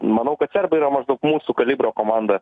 manau kad serbai yra maždaug mūsų kalibro komanda